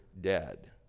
dead